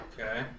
okay